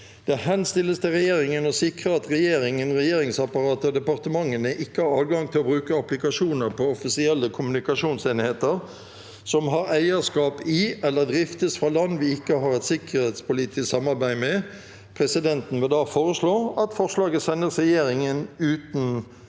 «Det henstilles til regjeringen å sikre at regjeringen, regjeringsapparatet og departementene ikke har adgang til å bruke applikasjoner på offisielle kommunikasjonsenheter som har eierskap i eller driftes fra land vi ikke har et sikkerhetspolitisk samarbeid med.» Presidenten vil da foreslå at forslaget oversendes regjeringen uten realitetsvotering.